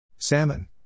Salmon